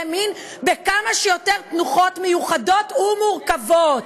מין בכמה שיותר תנוחות מיוחדות ומורכבות,